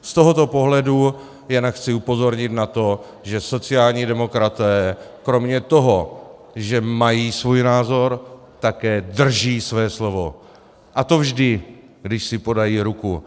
Z tohoto pohledu jen chci upozornit na to, že sociální demokraté kromě toho, že mají svůj názor, také drží své slovo, a to vždy, když si podají ruku.